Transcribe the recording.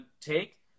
take